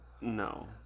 no